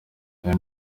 hari